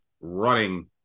running